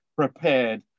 prepared